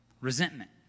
Resentment